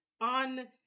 On